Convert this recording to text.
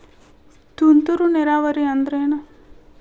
ತುಂತುರು ನೇರಾವರಿ ಅಂದ್ರ ಏನ್?